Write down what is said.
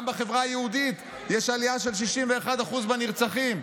גם בחברה היהודית יש עלייה של 61% בנרצחים.